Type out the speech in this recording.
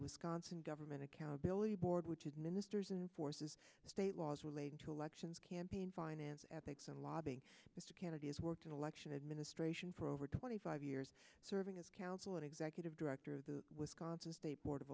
wisconsin government accountability board which is ministers and forces state laws relating to election campaign finance ethics and lobbying mr kennedy's worked in election administration for over twenty five years serving as counselor executive director of the wisconsin state board of